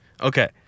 Okay